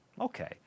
okay